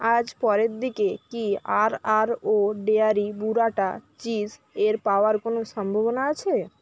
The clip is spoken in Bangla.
আজ পরের দিকে কি আরআরও ডেয়ারি বুরাটা চিজ এর পাওয়ার কোনো সম্ভাবনা আছে